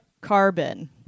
carbon